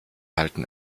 halten